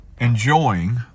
enjoying